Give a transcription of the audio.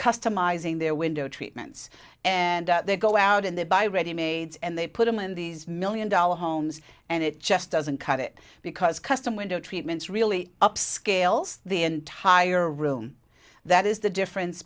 customizing their window treatments and they go out and they buy ready made and they put them in these million dollar homes and it just doesn't cut it because custom window treatments really upscale the entire room that is the difference